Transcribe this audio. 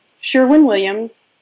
Sherwin-Williams